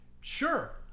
Sure